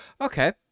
okay